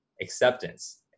acceptance